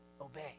obey